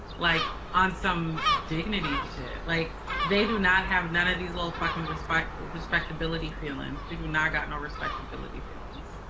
like on some dignity shit, like they do not have none of these little fucking respect, but respectability feelings. they do not got no respectability feelings.